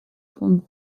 von